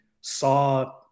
saw